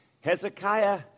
Hezekiah